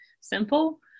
simple